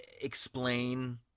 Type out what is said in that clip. explain